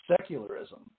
secularism